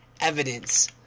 evidence